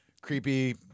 creepy